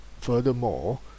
Furthermore